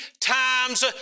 times